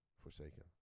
Forsaken